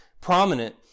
prominent